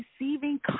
receiving